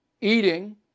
Eating